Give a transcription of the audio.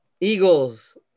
Eagles